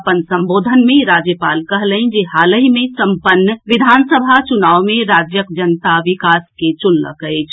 अपन संबोधन मे राज्यपाल कहलनि जे हालहि मे सम्पन्न विधानसभा चुनाव मे राज्यक जनता विकास के चुनलक अछि